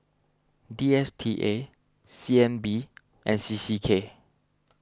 D S T A C N B and C C K